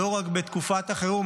לא רק בתקופת החירום,